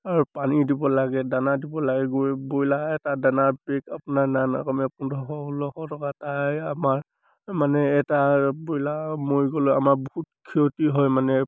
আৰু পানী দিব লাগে দানা দিব লাগে ব্ৰইলাৰ এটা দানা বেগ আপোনাৰ নাই নাই ক'মেও পোন্ধৰশ ষোল্লশ টকা তাৰে আমাৰ মানে এটা ব্ৰইলাৰ মৰি গ'লেও আমাৰ বহুত ক্ষতি হয় মানে